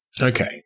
Okay